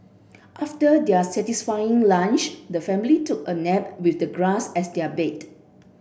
after their satisfying lunch the family took a nap with the grass as their bed